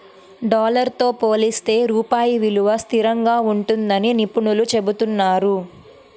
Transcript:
dollar తో పోలిస్తే రూపాయి విలువ స్థిరంగా ఉంటుందని నిపుణులు చెబుతున్నారు